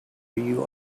you